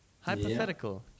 Hypothetical